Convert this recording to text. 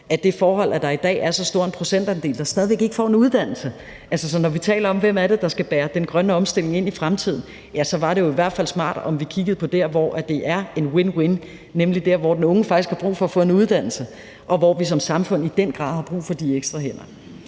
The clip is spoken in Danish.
tvivl om, at der i dag er en stor procentandel, der stadig væk ikke får en uddannelse, og når vi taler om, hvem der skal bære den grønne omstilling ind i fremtiden, var det jo i hvert fald smart, om vi kiggede på der, hvor det er en win-win, nemlig der, hvor den unge faktisk har brug for at få en uddannelse, og hvor vi som samfund i den grad har brug for de ekstra hænder.